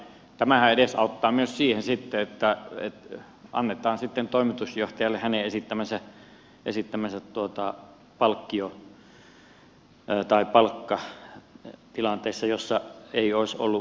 tämähän edesauttaa myös sitä että annetaan sitten toimitusjohtajalle hänen esittämänsä palkkio tai palkka tilanteessa jossa ei olisi ollut mahdollistakaan